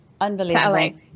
Unbelievable